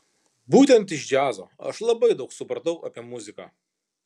būtent iš džiazo aš labai daug supratau apie muziką